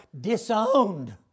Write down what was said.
disowned